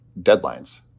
deadlines